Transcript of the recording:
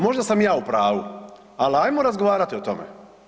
Možda sam ja u pravu, ali ajmo razgovarati o tome.